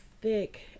thick